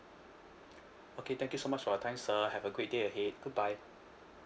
okay thank you so much for your time sir have a great day ahead good bye